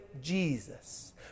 Jesus